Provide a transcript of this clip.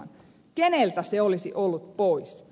keneltä se olisi ollut pois